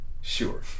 sure